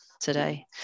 today